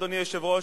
אדוני היושב-ראש,